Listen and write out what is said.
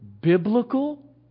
biblical